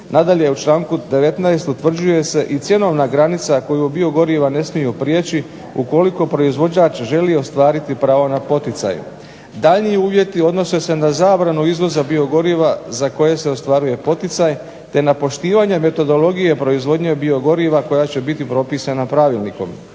Nadalje, u članku 19. utvrđuje se i cjenovna granica koju biogoriva ne smiju prijeći ukoliko proizvođač želi ostvariti pravo na poticaj. Daljnji uvjeti odnose se na zabranu izvoza biogoriva za koje se ostvaruje poticaj te na poštivanje metodologije proizvodnje biogoriva koja će biti propisana pravilnikom.